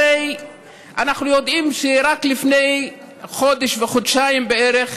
הרי אנחנו יודעים שרק לפני חודש וחודשיים בערך,